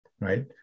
right